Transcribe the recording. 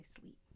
sleep